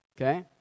Okay